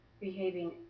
behaving